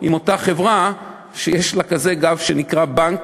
עם אותה חברה שיש לה כזה גב שנקרא בנק,